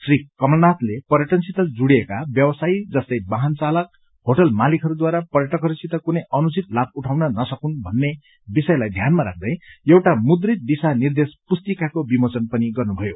श्री कमलनाथले पर्यटनसित जुढ़िएका व्यवसायी जस्तै वाहन चालक होटेल मालिकहरूद्वारा पर्यटकहरूसित कुनै अनुचित लाभ उठाउन नसकून भन्ने विषयलाई ध्यानमा राख्दै एउटा मुद्रित दिशा निर्देश पुस्तिकाको विमोचन पनि गर्नुभयो